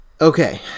Okay